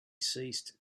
ceased